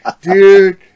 dude